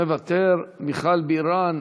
מוותר, מיכל בירן,